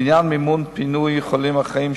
בעניין מימון פינוי חולים אחרים,